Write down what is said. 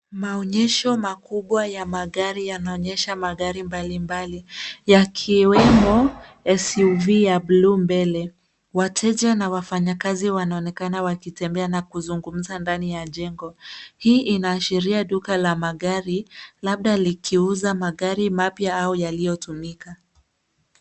Maonyesho makubwa ya magari yanaonyesha magari mbalimbali yakiwemo SUV ya bluu mbele. Wateja na wafanyakazi wanaonekana wakitembea na kuzungumza ndani ya jengo. Hii inaashiria duka la magari labda likiuza magari mapya au yaliyotumika.